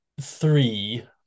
three